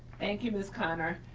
thank you, miss connor.